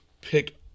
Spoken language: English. pick